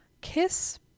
kiss